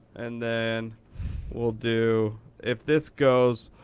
and then we'll do if this goes,